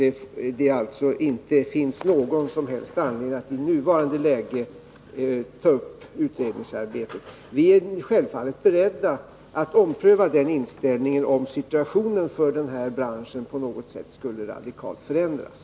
Det finns alltså inte någon som helst anledning att i nuvarande läge ta upp utredningsarbetet. Vi är självfallet beredda att ompröva den inställningen, om situationen för branschen radikalt skulle förändras.